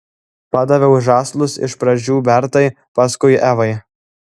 padaviau žąslus iš pradžių bertai paskui evai